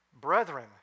brethren